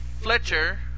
Fletcher